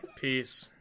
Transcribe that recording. Peace